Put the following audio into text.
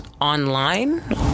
online